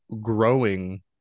growing